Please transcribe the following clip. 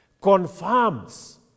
confirms